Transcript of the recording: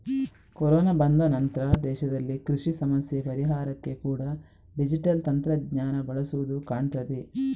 corona ಬಂದ ನಂತ್ರ ದೇಶದಲ್ಲಿ ಕೃಷಿ ಸಮಸ್ಯೆ ಪರಿಹಾರಕ್ಕೆ ಕೂಡಾ ಡಿಜಿಟಲ್ ತಂತ್ರಜ್ಞಾನ ಬಳಸುದು ಕಾಣ್ತದೆ